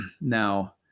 Now